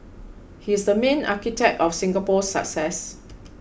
he's the main architect of Singapore's success